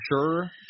sure